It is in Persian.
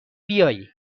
بیایی